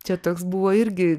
čia toks buvo irgi